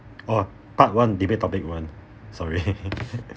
orh part one debate topic one sorry